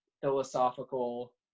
philosophical